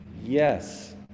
Yes